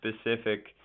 specific